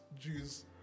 Jews